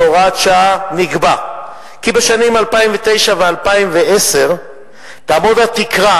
בהוראת שעה נקבע כי בשנים 2009 ו-2010 תהיה התקרה